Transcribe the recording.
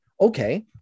Okay